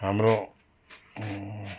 हाम्रो